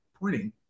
pointing